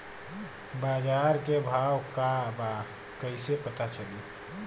बाजार के भाव का बा कईसे पता चली?